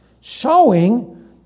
showing